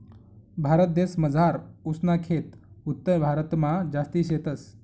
भारतदेसमझार ऊस ना खेत उत्तरभारतमा जास्ती शेतस